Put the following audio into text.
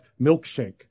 milkshake